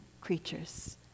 creatures